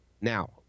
Now